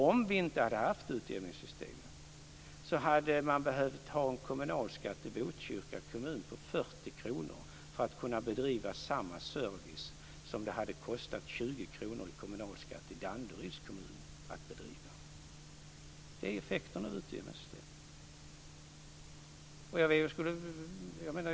Om vi inte hade haft utjämningssystemet hade man behövt ha en kommunalskatt i Botkyrka kommun på 40 kr för att kunna bedriva samma service som det hade kostat 20 kr i kommunalskatt i Danderyds kommun att bedriva. Det är effekterna av utjämningssystemet.